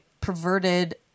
perverted